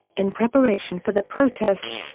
in preparation for the protests,